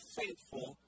faithful